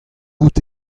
out